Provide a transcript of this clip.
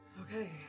Okay